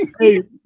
hey